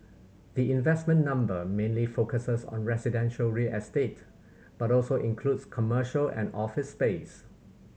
the investment number mainly focuses on residential real estate but also includes commercial and office space